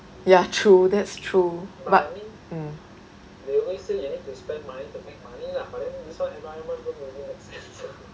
ya true that's true but